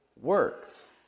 works